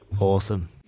Awesome